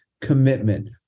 commitment